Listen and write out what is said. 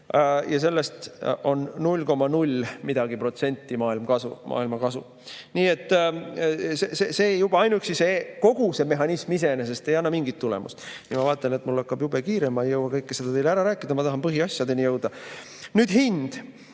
aga sellest on 0,0 või midagi protsenti maailmal kasu. Juba ainuüksi kogu see mehhanism iseenesest ei anna mingit tulemust. Ma vaatan, et mul hakkab jube kiire, ma ei jõua kõike seda teile ära rääkida. Ma tahan põhiasjadeni jõuda. Nüüd hinnast.